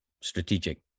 strategic